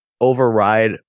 override